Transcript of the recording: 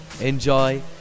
enjoy